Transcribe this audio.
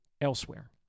elsewhere